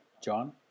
John